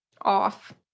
off